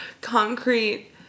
concrete